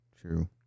true